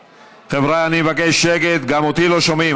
חבריא, אני מבקש שקט, גם אותי לא שומעים.